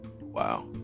wow